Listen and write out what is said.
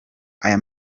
aya